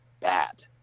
bad